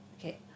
Okay